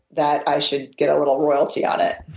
that i should get a little royalty on it.